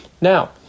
Now